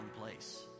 place